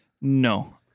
No